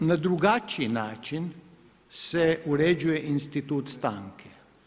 Na drugačiji način se uređuje institut stanke.